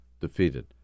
defeated